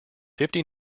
fifty